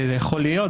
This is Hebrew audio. יכול להיות.